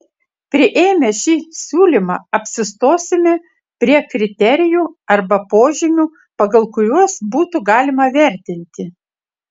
priėmę šį siūlymą apsistosime prie kriterijų arba požymių pagal kuriuos būtų galima vertinti